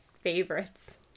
favorites